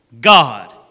God